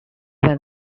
was